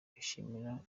bishimira